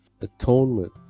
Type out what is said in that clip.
atonement